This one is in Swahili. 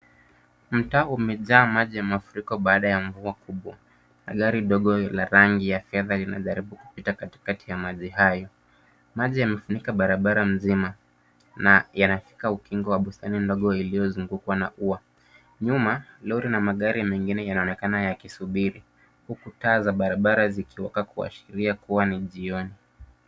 Mtaa umejaa maji ya mafuriko baada ya mvua kubwa. Gari ndogo la rangi ya fedha inajaribu kupita katikati ya maji hayo. Maji yamefunika barabara nzima na yanafika ukingo wa bustani ndogo iliyo zungukwa na ua. Nyuma lori na magari mengine yanaonekana yakisubiri huku taa za barabara zikiwaka kuashiria kuwa ni jioni.